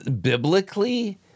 biblically